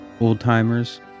old-timers